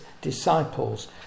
disciples